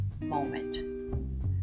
moment